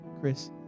Chris